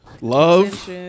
Love